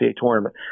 tournament